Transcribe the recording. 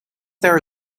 there